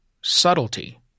subtlety